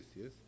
Yes